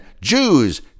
Jews